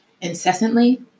incessantly